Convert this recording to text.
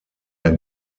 der